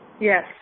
Yes